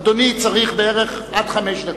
אדוני צריך בערך עד חמש דקות.